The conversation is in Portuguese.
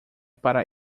para